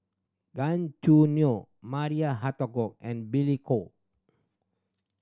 Gan Choo Neo Maria Hertogh and Billy Koh